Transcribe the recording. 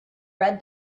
read